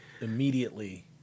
Immediately